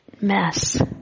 mess